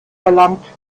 verlangt